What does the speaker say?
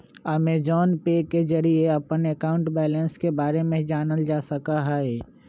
Amazon pay के जरिए अपन अकाउंट बैलेंस के बारे में जानल जा सका हई